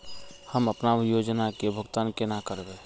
हम अपना योजना के भुगतान केना करबे?